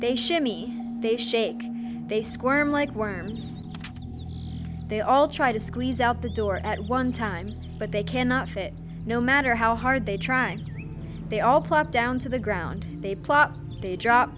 shimmy they shake they squirm like worms they all try to squeeze out the door at one time but they cannot fit no matter how hard they try they all plop down to the ground they plop they drop